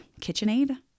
KitchenAid